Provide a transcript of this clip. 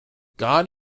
god